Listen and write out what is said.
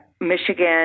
Michigan